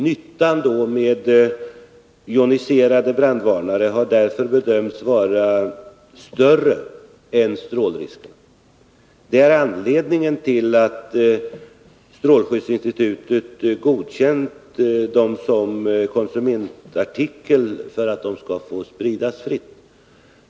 Nyttan med joniserade brandvarnare har därför bedömts vara större än strålrisken. Det är anledningen till att strålskyddsinstitutet har godkänt att de som konsumentartikel skall få spridas fritt.